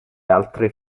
altre